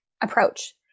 approach